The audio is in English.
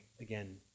again